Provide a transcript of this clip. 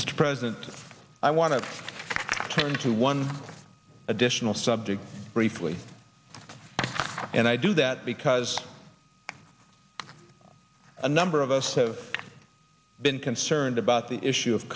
mr president i want to turn to one additional subject briefly and i do that because a number of us have been concerned about the issue of